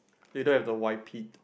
they don't have to wipe it